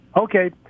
Okay